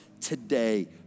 today